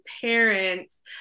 parents